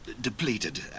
Depleted